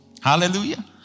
Hallelujah